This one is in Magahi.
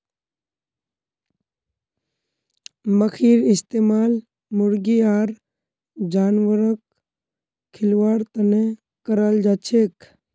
मखईर इस्तमाल मुर्गी आर जानवरक खिलव्वार तने कराल जाछेक